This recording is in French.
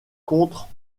contre